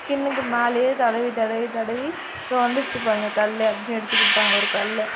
ஸ்கின்னுக்கு மேலேயே தடவி தடவி தடவி இதோ வந்துடுச்சி பாருங்கள் கல் அப்படினு எடுத்து கொடுத்தாங்க ஒரு கல்லை